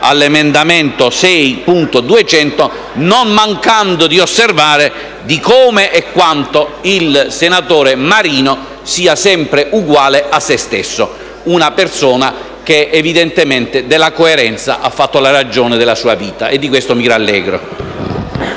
all'emendamento 6.200, non mancando di osservare come e quanto il senatore Luigi Marino sia sempre uguale e se stesso, una persona che evidentemente della coerenza ha fatto la ragione della sua vita e di questo mi rallegro.